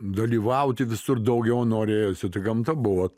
dalyvauti visur daugiau norėjosi tai gamta buvo